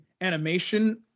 animation